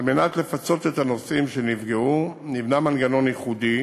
על מנת לפצות את הנוסעים שנפגעו נבנה מנגנון ייחודי